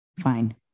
fine